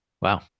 Wow